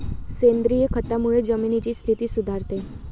सेंद्रिय खतामुळे जमिनीची स्थिती सुधारते